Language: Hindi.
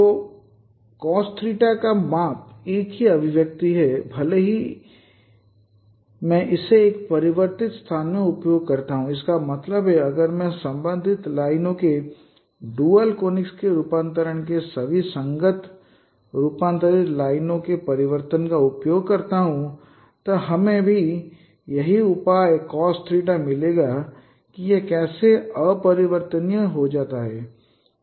तो cosθ का माप एक ही अभिव्यक्ति है भले ही मैं इसे एक परिवर्तित स्थान में उपयोग करता हूं इसका मतलब है अगर मैं संबंधित लाइनों के ड्यूल कनिक्स के रूपांतरण के सभी संगत रूपांतरित लाइनों के परिवर्तन का उपयोग करता हूं तो हमें भी यही उपाय cosθ मिलेगा कि यह कैसे अपरिवर्तनीय हो जाता है